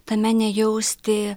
tame nejausti